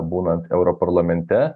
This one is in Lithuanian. būnant europarlamente